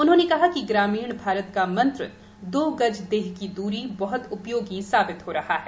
उन्होंने कहा कि ग्रामीण भारत का मंत्र दो गज देह की दूरी बहत उपयोगी साबित हो रहा है